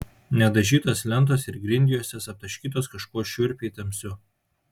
nedažytos lentos ir grindjuostės aptaškytos kažkuo šiurpiai tamsiu